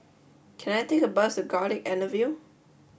can I take a bus to Garlick Avenue